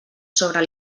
sobre